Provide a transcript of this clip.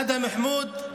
אדהם חמוד,